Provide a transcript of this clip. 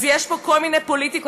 אז יש פה כל מיני פוליטיקות.